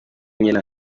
nyina